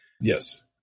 Yes